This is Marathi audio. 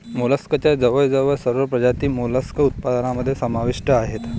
मोलस्कच्या जवळजवळ सर्व प्रजाती मोलस्क उत्पादनामध्ये समाविष्ट आहेत